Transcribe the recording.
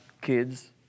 kids